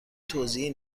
توضیحی